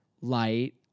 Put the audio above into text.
light